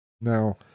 Now